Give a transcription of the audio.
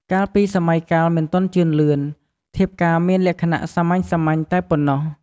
កាលពីសម័យកាលមិនទាន់ជឿនលឿន ធៀបការមានលក្ខណៈសាមញ្ញៗតែប៉ុណ្ណោះ។